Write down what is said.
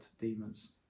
demons